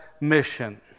mission